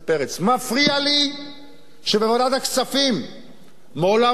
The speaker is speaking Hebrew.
מפריע לי שבוועדת הכספים מעולם לא ראינו